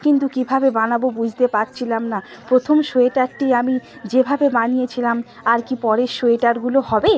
কিন্তু কীভাবে বানাবো বুসতে পারছিলাম না প্রথম সোয়েটারটি আমি যেভাবে বানিয়েছিলাম আর কি পরের সোয়েটারগুলো হবে